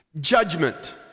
Judgment